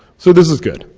so this is good.